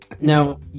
Now